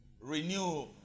Renew